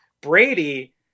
Brady